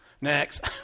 Next